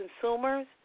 consumers